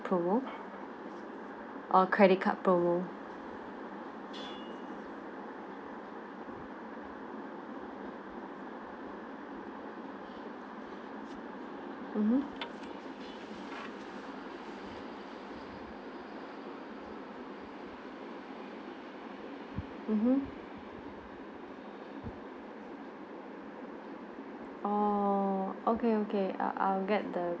promo or credit card promo mmhmm mmhmm oh okay okay I I will get the